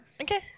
Okay